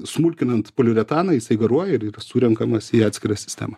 smulkinant poliuretaną jisai garuoja ir yra surenkamas į atskirą sistemą